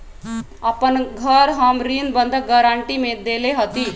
अपन घर हम ऋण बंधक गरान्टी में देले हती